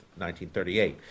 1938